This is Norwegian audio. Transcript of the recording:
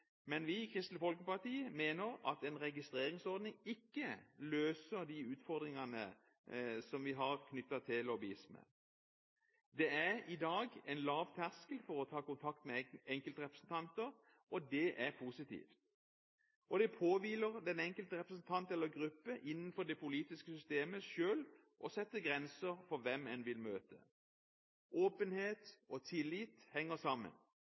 men vi i Kristelig Folkeparti mener at en registreringsordning ikke løser de utfordringene vi har, knyttet til lobbyisme. Det er i dag en lav terskel for å ta kontakt med enkeltrepresentanter, og det er positivt. Det påhviler den enkelte representant eller gruppe innenfor det politiske systemet selv å sette grenser for hvem en vil møte. Åpenhet og tillit henger sammen.